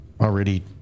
already